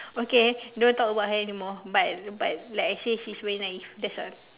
okay don't talk about her anymore but but like I say she's very naive that's all